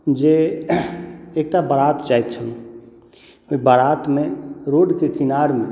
जे एकटा बारात जाइत छल ओहि बारातमे रोडके किनारमे